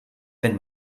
wenn